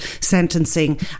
sentencing